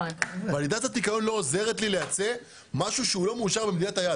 ולידציית ניקיון לא עוזרת לי לייצא משהו שהוא לא מאושר במדינת היעד.